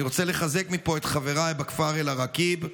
אני רוצה לחזק מפה את חבריי בכפר אל-עראקיב,